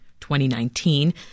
2019